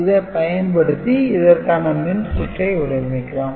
இதைப் பயன்படுத்தி இதற்கான மின்சுற்றை வடிவமைக்கலாம்